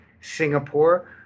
Singapore